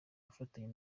gufatanya